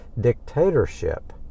dictatorship